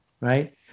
right